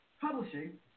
publishing